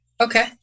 Okay